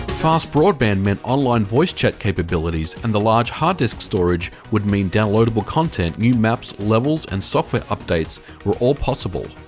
fast broadband meant online voice chat capabilities and the large hard disk storage would mean downloadable content, new maps, levels and software updates were all possible.